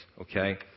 okay